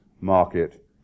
market